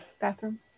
Bathroom